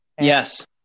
Yes